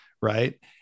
Right